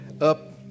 up